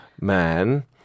man